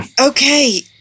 Okay